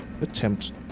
attempt